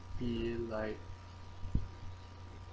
be like